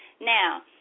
Now